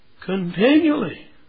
continually